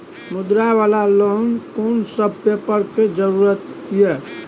मुद्रा वाला लोन म कोन सब पेपर के जरूरत इ?